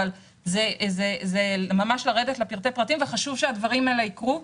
אבל זה ממש לרדת לפרטי פרטים וחשוב שהדברים האלה יקרו.